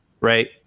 Right